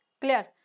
clear